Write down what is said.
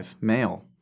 male